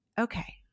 okay